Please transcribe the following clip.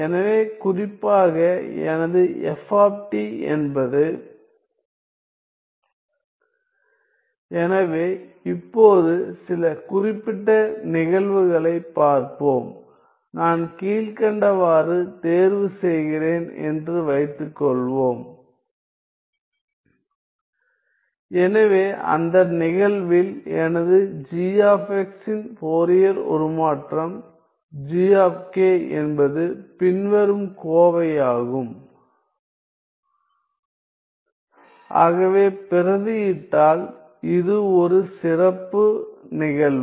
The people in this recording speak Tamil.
எனவே குறிப்பாக எனது f என்பது எனவே இப்போது சில குறிப்பிட்ட நிகழ்வுகளைப் பார்ப்போம் நான் கீழ்க்கண்டவாறு தேர்வு செய்கிறேன் என்று வைத்துக்கொள்வோம் எனவே அந்த நிகழ்வில் எனது g இன் ஃபோரியர் உருமாற்றம் G என்பது பின்வரும் கோவை ஆகும் ஆகவே பிரதியிட்டால் இது ஒரு சிறப்பு நிகழ்வு